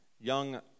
young